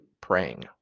praying